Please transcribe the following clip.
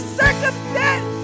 circumstance